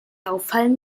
auffallen